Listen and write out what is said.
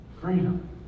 freedom